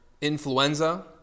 influenza